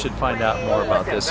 should find out about this